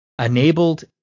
enabled